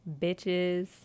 Bitches